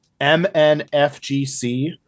MNFGC